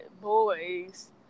boys